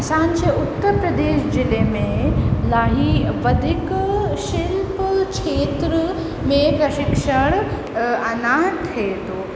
असांजे उत्तर प्रदेश जिले में इलाही वधीक शिल्प क्षेत्र में प्रशिक्षण अञा थिए थो